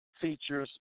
features